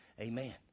Amen